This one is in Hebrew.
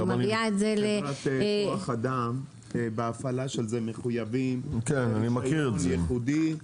חברת כוח אדם בהפעלה מחויבים ברשיון ייחודי.